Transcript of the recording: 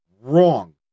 Wrong